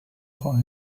for